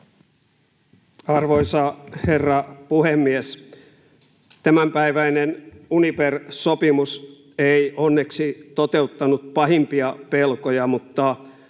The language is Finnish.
Arvoisa herra puhemies! Tämänpäiväinen Uniper-sopimus ei onneksi toteuttanut pahimpia pelkoja, mutta